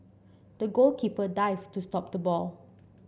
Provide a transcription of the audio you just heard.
the goalkeeper dived to stop the ball